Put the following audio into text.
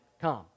come